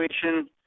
situation